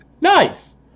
Nice